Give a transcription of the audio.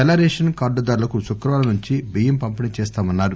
తెల్ల రేషన్ కార్గుదారులకు శుక్రవారం నుంచి బియ్యం పంపిణీ చేస్తామన్నారు